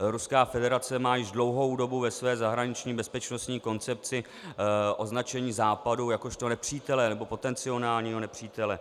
Ruská federace má již dlouhou dobu ve své zahraniční bezpečnostní koncepci označení Západu jakožto nepřítele, nebo potenciálního nepřítele.